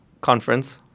conference